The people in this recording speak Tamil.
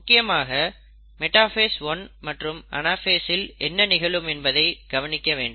முக்கியமாக மெடாஃபேஸ் 1 மற்றும் அனாஃபேஸ்சில் என்ன நிகழும் என்பதை கவனிக்க வேண்டும்